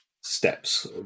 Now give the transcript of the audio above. steps